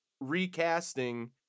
recasting